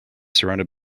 surrounded